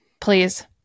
Please